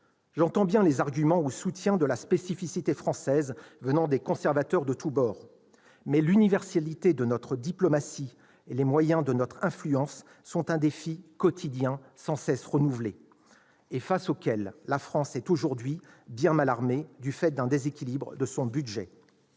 J'entends bien les arguments en défense de la « spécificité française » émanant des conservateurs de tous bords, mais maintenir l'universalité de notre diplomatie et les moyens de notre influence est un défi quotidien, sans cesse renouvelé, et la France est aujourd'hui bien mal armée pour le relever, du fait d'un déséquilibre de son budget.